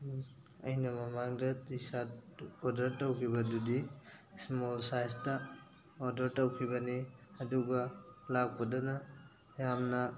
ꯑꯩꯅ ꯃꯃꯥꯡꯗ T shirt order ꯇꯧꯈꯤꯕꯗꯨꯗꯤ ꯏꯁꯃꯣꯜ ꯁꯥꯏꯖꯇ ꯑꯣꯗꯔ ꯇꯧꯈꯤꯕꯅꯤ ꯑꯗꯨꯒ ꯂꯥꯛꯄꯗꯅ ꯌꯥꯝꯅ